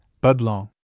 Budlong